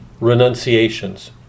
renunciations